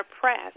press